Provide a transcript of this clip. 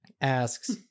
asks